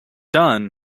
done